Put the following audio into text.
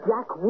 Jack